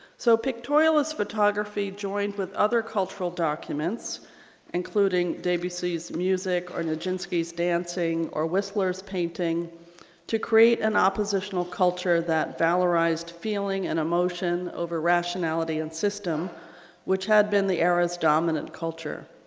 so pictorialist photography joined with other cultural documents including davey c's music or nijinsky dancing or whistlers painting to create an oppositional culture that valorized feeling and emotion over rationality and system which had been the era's dominant culture.